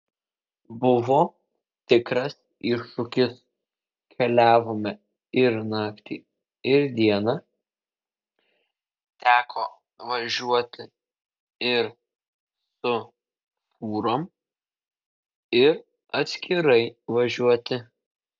buvo tikras iššūkis keliavome ir naktį ir dieną teko važiuoti ir su fūrom ir atskirai važiuoti